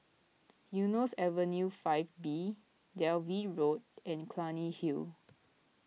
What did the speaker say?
Eunos Avenue five B Dalvey Road and Clunny Hill